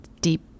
Deep